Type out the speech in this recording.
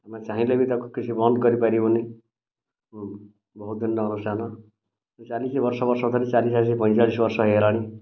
ଚାହିଁଲେ ବି ତାକୁ କିଛି ବନ୍ଦ କରିପାରିବନି ବହୁଦିନର ଅନୁଷ୍ଠାନ ଚାଲିଛି ବର୍ଷ ବର୍ଷ ଧରି ପଇଁଚାଳିଶ ବର୍ଷ ହୋଇଗଲାଣି